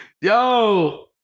Yo